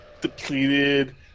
depleted